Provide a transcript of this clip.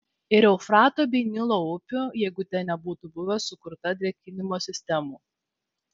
ir eufrato bei nilo upių jeigu ten nebūtų buvę sukurta drėkinimo sistemų